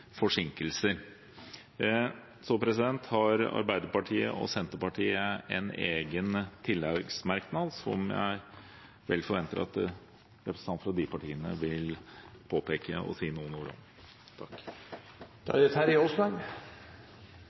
forsinkelser. Arbeiderpartiet og Senterpartiet har en egen tilleggsmerknad, som jeg forventer at representanter fra de partiene vil påpeke og si noen ord om. Det gjelder det